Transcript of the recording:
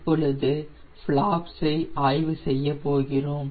இப்போது பிலாப்ஸ்ஐ ஆய்வு செய்ய போகிறோம்